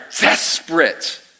desperate